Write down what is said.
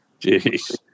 Jeez